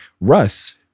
Russ